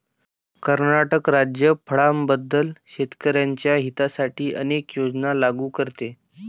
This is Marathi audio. कर्नाटक राज्य फळांबद्दल शेतकर्यांच्या हितासाठी अनेक योजना लागू करते